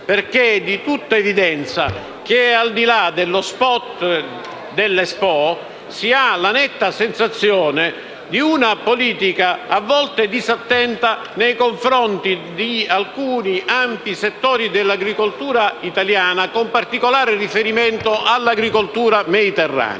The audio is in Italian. perché è di tutta evidenza che, al di là dello *spot* dell'Expo, si ha la netta sensazione di una politica a volte disattenta nei confronti di ampi settori dell'agricoltura italiana, con particolare riferimento all'agricoltura mediterranea.